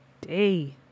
day